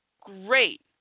great